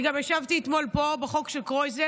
אני גם ישבתי פה אתמול בחוק של קרויזר,